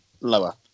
lower